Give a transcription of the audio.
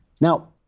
Now